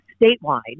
statewide